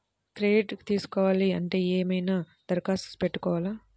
Credit తీసుకోవాలి అంటే ఏమైనా దరఖాస్తు పెట్టుకోవాలా?